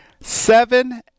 seven